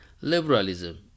liberalism